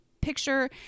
picture